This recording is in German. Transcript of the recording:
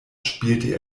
spielte